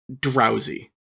drowsy